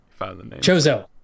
Chozo